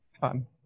fun